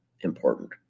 important